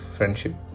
Friendship